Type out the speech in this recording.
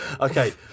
okay